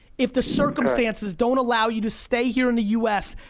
if the circumstances don't allow you to stay here in the u s,